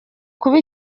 kuba